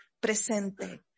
Presente